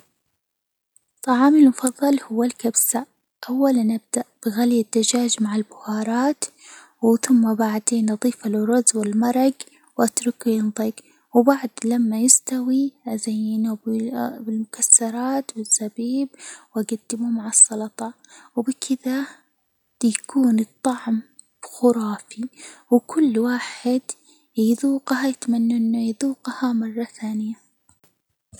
طعامي المفظل هو الكبسة، أولاً نبدأ بغلي الدجاج مع البهارات، و ثم بعدين نضيف الرز والمرق، واتركه ينضج، وبعد لما يستوي أزينه بالمكسرات والزبيب، وأجدمه مع السلطة، وبكذا يكون الطعم خرافي، وكل واحد يذوجها يتمنى إنه يذوجها مرة ثانية.